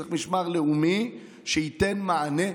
צריך משמר לאומי שייתן מענה.